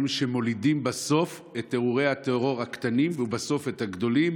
שמולידים בסוף את אירועי הטרור הקטנים ובסוף את הגדולים?